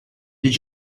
did